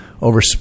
over